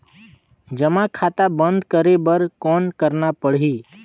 जमा खाता बंद करे बर कौन करना पड़ही?